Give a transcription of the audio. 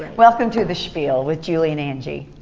welcome to the spiel with julie and angie.